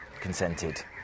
consented